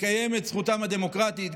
לקיים את זכותם הדמוקרטית,